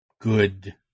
good